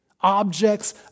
Objects